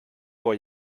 vor